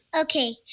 Okay